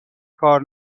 کار